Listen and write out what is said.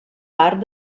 part